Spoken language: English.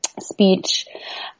speech